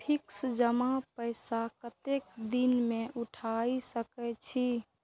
Fix जमा पैसा कतेक दिन में उठाई सके छी?